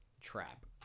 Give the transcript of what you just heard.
trap